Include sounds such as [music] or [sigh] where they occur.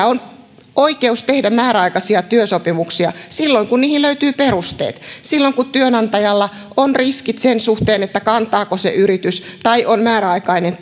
[unintelligible] on oikeus tehdä määräaikaisia työsopimuksia silloin kun niihin löytyy perusteet silloin kun työnantajalla on riskit sen suhteen kantaako se yritys tai on määräaikainen [unintelligible]